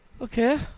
Okay